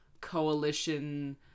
coalition